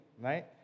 right